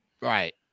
right